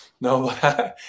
No